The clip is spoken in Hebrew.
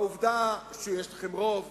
בעובדה שיש לכם רוב